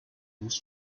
rules